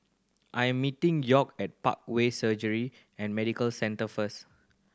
I am meeting York at Parkway Surgery and Medical Centre first